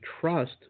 trust